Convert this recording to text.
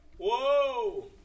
Whoa